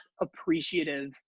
appreciative